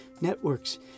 Networks